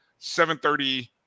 7.30